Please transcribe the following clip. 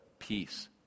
Peace